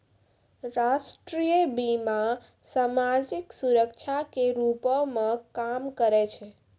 राष्ट्रीय बीमा, समाजिक सुरक्षा के रूपो मे काम करै छै